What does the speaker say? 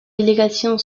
délégation